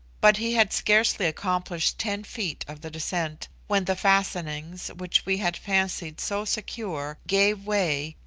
but he had scarcely accomplished ten feet of the descent, when the fastenings, which we had fancied so secure, gave way,